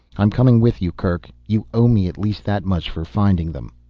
i'm coming with you, kerk. you owe me at least that much for finding them.